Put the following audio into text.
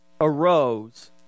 arose